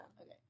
Okay